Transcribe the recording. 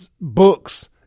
books